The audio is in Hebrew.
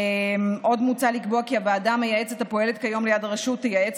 עוד מוצע לקבוע כי הוועדה המייעצת הפועלת כיום ליד הרשות תייעץ